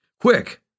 Quick